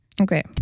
Okay